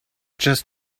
just